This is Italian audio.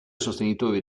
sostenitore